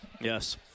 Yes